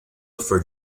for